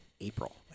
April